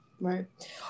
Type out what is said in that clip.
right